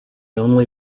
only